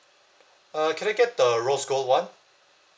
uh can I get the rose gold [one]